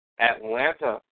Atlanta